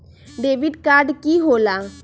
Debit card की होला?